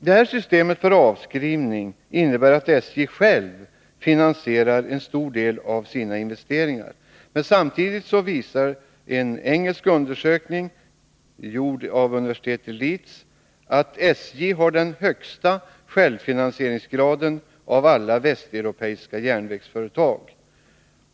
Detta system för avskrivning innebär att SJ själv finansierar en stor del av sina investeringar. Men samtidigt visar en engelsk undersökning, gjord vid universitetet i Leeds, att SJ har den högsta självfinansieringsgraden av alla västeuropeiska järnvägsföretag.